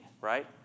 right